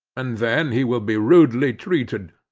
and then he will be rudely treated,